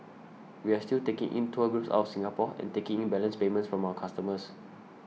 we are still taking in tour groups out of Singapore and taking in balance payments from our customers